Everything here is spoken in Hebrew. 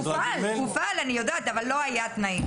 נכון, הופעל המדרג, אבל לא היו התנאים.